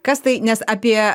kas tai nes apie